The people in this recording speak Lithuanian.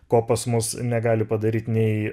ko pas mus negali padaryt nei